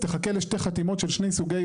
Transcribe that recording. תחכה לשתי חתימות של שני סוגי,